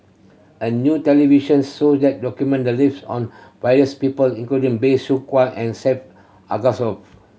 a new television show that document the lives on various people including Bey Soo and